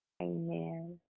Amen